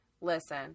listen